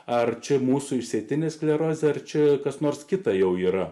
arčiau mūsų išsėtinė sklerozė ar čia kas nors kita jau yra